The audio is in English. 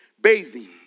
bathing